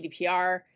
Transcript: GDPR